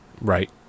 Right